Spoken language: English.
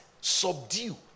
subdue